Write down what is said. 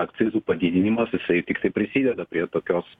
akcizų padidinimas jisai tiktai prisideda prie tokios